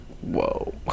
Whoa